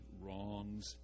wrongs